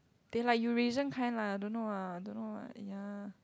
they like Eurasian kind lah don't know ah don't know ah ya